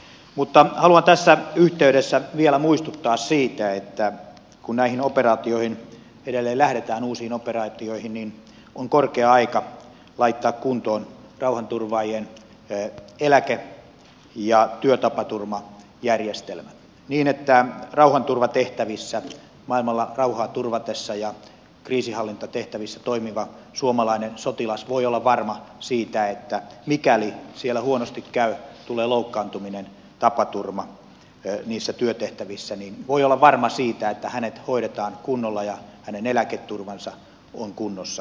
mutta haluan tässä yhteydessä vielä muistuttaa siitä että kun näihin uusiin operaatioihin edelleen lähdetään niin on korkea aika laittaa kuntoon rauhanturvaajien eläke ja työtapaturmajärjestelmä niin että rauhanturvatehtävissä maailmalla rauhaa turvatessa ja kriisinhallintatehtävissä toimiva suomalainen sotilas voi olla varma siitä että mikäli siellä huonosti käy tulee loukkaantuminen tapaturma niissä työtehtävissä niin voi olla varma siitä että hänet hoidetaan kunnolla ja hänen eläketurvansa on kunnossa